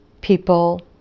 people